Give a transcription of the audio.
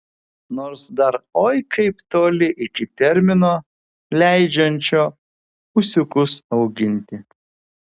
nors dar oi kaip toli iki termino leidžiančio ūsiukus auginti